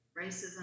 racism